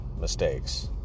mistakes